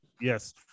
yes